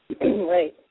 Right